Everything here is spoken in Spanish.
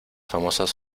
famosas